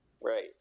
right